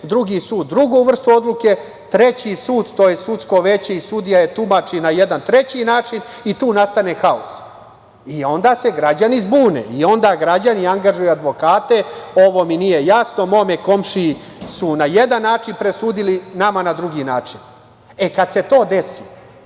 drugi sud drugu vrstu odluke, treći sud, to je sudsko veće i sudija je tumači na jedan treći način i tu nastane haos i onda se građani zbune i onda građani anagažuju advokate - ovo mi nije jasno, mom komšiji su na jedan način presudili, nama na drugi način. E, kada se to desi,